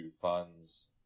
funds